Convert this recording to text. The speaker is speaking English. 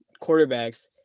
quarterbacks